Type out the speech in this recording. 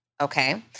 Okay